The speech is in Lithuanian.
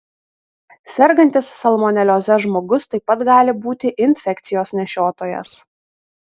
sergantis salmonelioze žmogus taip pat gali būti infekcijos nešiotojas